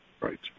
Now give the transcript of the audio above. right